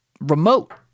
remote